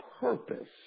purpose